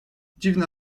dziwna